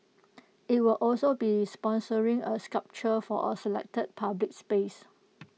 IT will also be sponsoring A sculpture for A selected public space